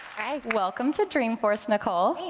welcome to dreamforce, nicole.